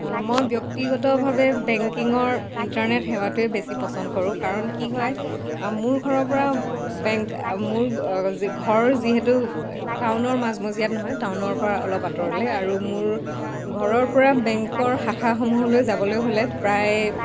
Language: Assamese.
মই ব্যক্তিগতভাৱে বেংকিঙৰ ইণ্টাৰনেট সেৱাটোৱে বেছি পচন কৰোঁ কাৰণ কি হয় মোৰ ঘৰৰ পৰা বেংক মোৰ ঘৰ যিহেতু টাউনৰ মাজমজিয়াত নহয় টাউনৰ পৰা অলপ আঁতৰলৈ আৰু মোৰ ঘৰৰ পৰা বেংকৰ শাখাসমূহলৈ যাবলৈ হ'লে প্ৰায়